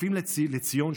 הכיסופים לציון,